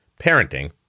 Parenting